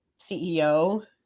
CEO